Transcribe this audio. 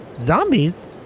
Zombies